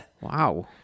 wow